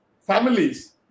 families